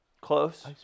Close